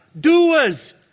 Doers